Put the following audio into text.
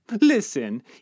Listen